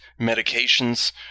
medications